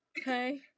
Okay